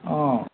অ'